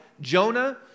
Jonah